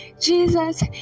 Jesus